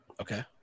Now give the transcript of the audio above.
Okay